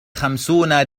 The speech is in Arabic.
خمسون